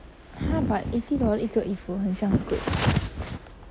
!huh! but eighty dollar 一个衣服很像很贵